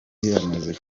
amaze